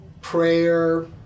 Prayer